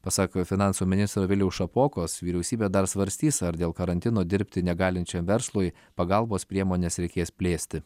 pasak finansų ministro viliaus šapokos vyriausybė dar svarstys ar dėl karantino dirbti negalinčiam verslui pagalbos priemones reikės plėsti